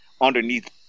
underneath